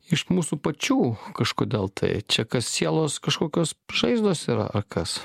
iš mūsų pačių kažkodėl tai čia kas sielos kažkokios žaizdos yra ar kas